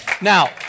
Now